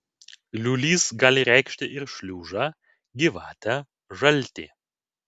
liūlys gali reikšti ir šliužą gyvatę žaltį